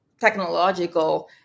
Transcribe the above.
technological